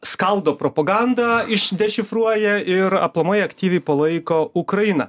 skaldo propagandą iš dešifruoja ir aplamai aktyviai palaiko ukrainą